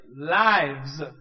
lives